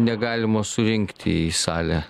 negalima surinkti į salę